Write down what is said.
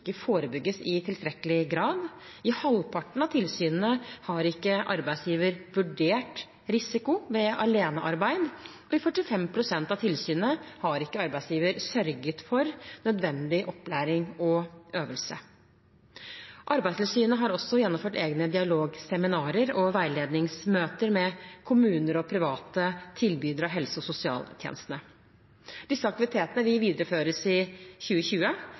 tilstrekkelig grad. I halvparten av tilsynene har ikke arbeidsgiveren vurdert risiko ved alenearbeid, og i 45 pst. av tilsynene har ikke arbeidsgiveren sørget for nødvendig opplæring og øvelse. Arbeidstilsynet har også gjennomført egne dialogseminarer og veiledningsmøter med kommuner og private tilbydere av helse- og sosialtjenester. Disse aktivitetene videreføres i 2020.